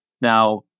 Now